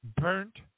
Burnt